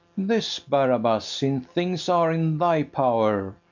this, barabas since things are in thy power,